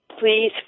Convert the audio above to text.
Please